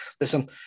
listen